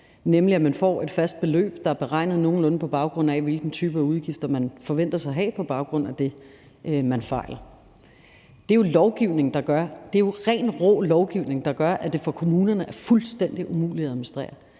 nemlig at man får et fast beløb, der er beregnet nogenlunde, på baggrund af hvilken type af udgifter man forventes at have på baggrund af det, man fejler? Det er jo lovgivningen, altså ren, rå lovgivning, der gør, at det for kommunerne er fuldstændig umuligt at administrere.